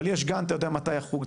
אבל יש גאנט אתה יודע מתי החוג,